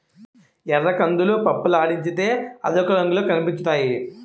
ఎర్రకందులు పప్పులాడించితే అదొక రంగులో కనిపించుతాయి